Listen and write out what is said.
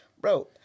bro